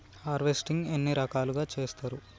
Harvesting ఎన్ని రకాలుగా చేస్తరు?